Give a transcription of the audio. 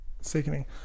sickening